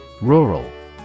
Rural